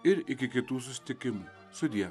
ir iki kitų susitikimų sudie